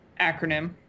acronym